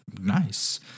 Nice